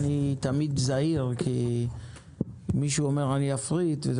אני תמיד זהיר כי מישהו אומר שהוא יפריט וזה